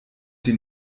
den